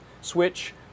switch